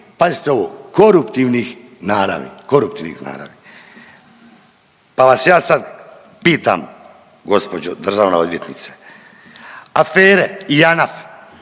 naravi, koruptivnih naravi. Pa vas ja pitam gospođo državna odvjetnice, afere Janaf,